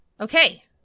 Okay